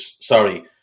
sorry